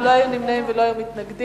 לא היו נמנעים ולא היו מתנגדים.